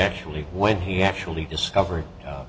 actually when he actually discovered